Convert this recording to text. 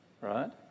right